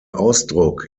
ausdruck